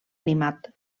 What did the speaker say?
animat